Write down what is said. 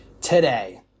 today